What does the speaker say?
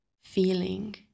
feeling